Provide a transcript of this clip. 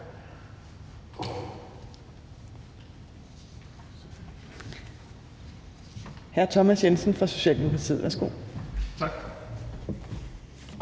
er hr. Thomas Jensen fra Socialdemokratiet. Værsgo. Kl.